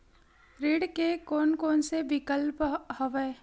ऋण के कोन कोन से विकल्प हवय?